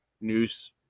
news